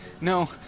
No